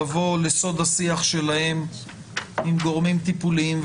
לבוא לסוד השיח שלהם עם גורמים טיפוליים.